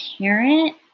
parent